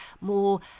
more